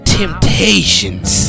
temptations